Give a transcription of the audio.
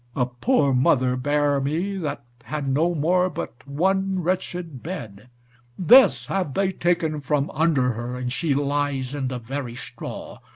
a poor mother bare me, that had no more but one wretched bed this have they taken from under her, and she lies in the very straw.